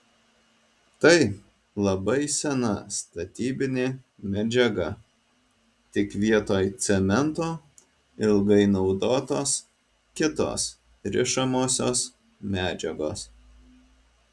tai labai sena statybinė medžiaga tik vietoj cemento ilgai naudotos kitos rišamosios medžiagos